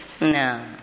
No